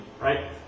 Right